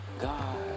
God